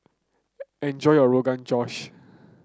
enjoy your Rogan Josh